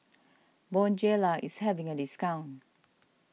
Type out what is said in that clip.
Bonjela is having a discount